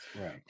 Right